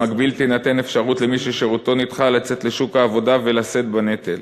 במקביל תינתן אפשרות למי ששירותו נדחה לצאת לשוק העבודה ולשאת בנטל.